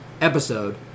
episode